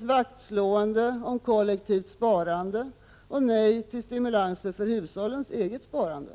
vaktslående om kollektivt sparande och nej till stimulanser för hushållens eget sparande.